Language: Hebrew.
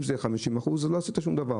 אם זה 50% - לא עשית שום דבר.